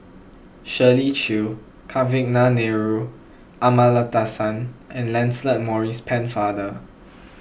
Shirley Chew Kavignareru Amallathasan and Lancelot Maurice Pennefather